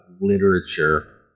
literature